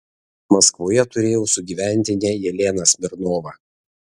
maskvoje turėjau sugyventinę jeleną smirnovą